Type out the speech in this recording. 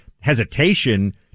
hesitation